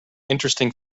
interesting